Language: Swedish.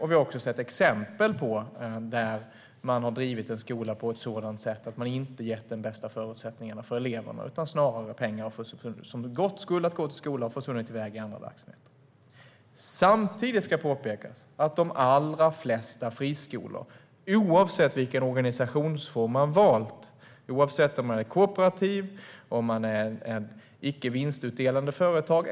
Vi har också sett exempel på att man har drivit en skola på ett sådant sätt att man inte gett de bästa förutsättningarna för eleverna. Pengar som skulle ha kunnat gå till skolan har försvunnit iväg till andra verksamheter. Samtidigt ska det påpekas att de allra flesta friskolor drivs av engagerade personer som startat sin skola med syftet att ge bästa möjliga skola.